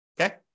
Okay